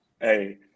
hey